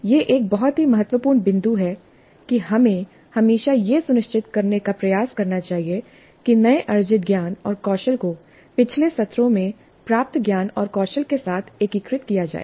यह एक बहुत ही महत्वपूर्ण बिंदु है कि हमें हमेशा यह सुनिश्चित करने का प्रयास करना चाहिए कि नए अर्जित ज्ञान और कौशल को पिछले सत्रों में प्राप्त ज्ञान और कौशल के साथ एकीकृत किया जाए